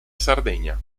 sardegna